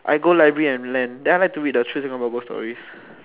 I go library and lend then I like to read the true Singapore ghost stories